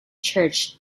church